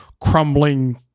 crumbling